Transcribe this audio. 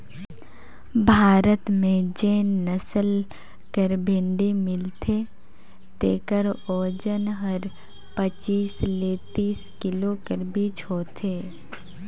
भारत में जेन नसल कर भेंड़ी मिलथे तेकर ओजन हर पचीस ले तीस किलो कर बीच होथे